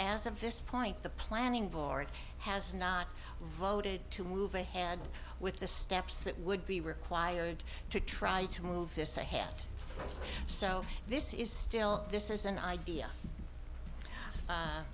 as of this point the planning board has not voted to move ahead with the steps that would be required to try to move this ahead so this is still this is an idea